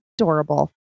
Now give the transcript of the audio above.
adorable